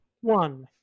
one